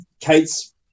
Kate's